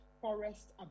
forest